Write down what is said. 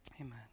Amen